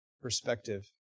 perspective